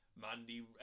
Mandy